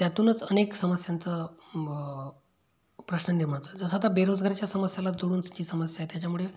त्यातूनच अनेक समस्यांचं प्रश्न निर्माण होतो जसं आता बेरोजगारीच्या समस्याला जोडून जी समस्या आहे त्याच्यामुळे